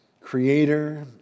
creator